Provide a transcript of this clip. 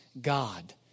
God